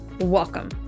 Welcome